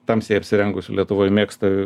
tamsiai apsirengusių lietuvoj mėgsta